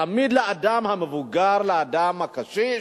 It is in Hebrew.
תמיד לאדם המבוגר, לאדם הקשיש,